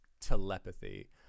telepathy